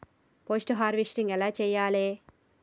Post harvesting ఎలా చెయ్యాలే?